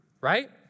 right